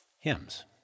hymns